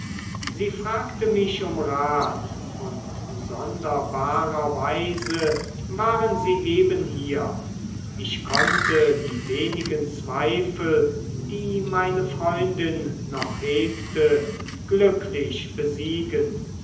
sie fragte mich um rat und sonderbarerweise waren sie eben hier ich konnte die wenigen zweifel die meine freundin noch hegte glücklich besiegen